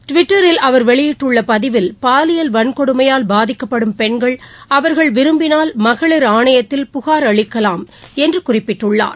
டிவிட்டரில் அவர் வெளியிட்டுள்ளபதிவில் பாலியல் வன்கொடுமையால் பாதிக்கப்படும் பெண்கள் விரும்பினால் மகளிர் அளிக்கலாம் என்றுகுறிப்பிட்டுள்ளார்